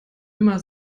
immer